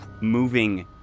moving